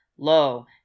Lo